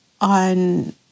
on